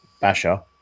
basher